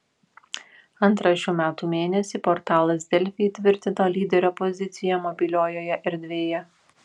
antrą šių metų mėnesį portalas delfi įtvirtino lyderio poziciją mobiliojoje erdvėje